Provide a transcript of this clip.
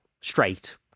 Straight